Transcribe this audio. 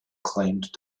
claimed